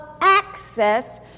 access